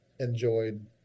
enjoyed